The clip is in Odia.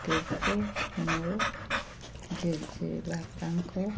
ତେବେ ମୋ ଜେଜେ ବାପାଙ୍କ